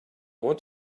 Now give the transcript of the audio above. want